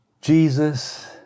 Jesus